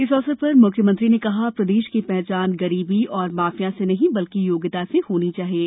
इस अवसर पर मुख्यमंत्री ने कहा प्रदेश की पहचान गरीबी और माफिया से नहीं बल्कि योग्यता से होनी चाहिये